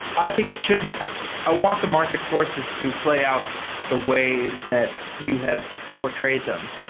i think it should happen. i want the market forces to play out the way that you have portrayed them.